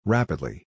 Rapidly